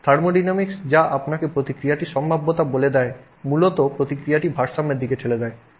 thermodynamics যা আপনাকে প্রতিক্রিয়াটির সম্ভাব্যতা বলে দেয় মূলত প্রতিক্রিয়াটিকে ভারসাম্যের দিকে ঠেলে দেয়